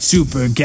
Super